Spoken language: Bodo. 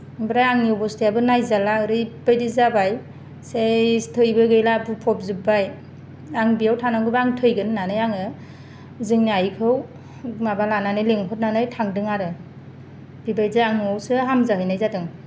ओमफ्राय आंनि अबस्थायाबो नायजाला ओरैबायदि जाबाय सैस थैबो गैला बुफबजोब्बाय आं बेयाव थानांगौबा आं थैगोन होननानै आङो जोंनि आइखौ माबा लानानै लेंहरनानै थांदों आरो बेबायदि आङो न'आवसो हामजाहैनाय जादों